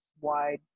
wide